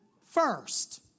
first